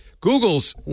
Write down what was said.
Google's